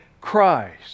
Christ